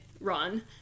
run